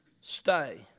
Stay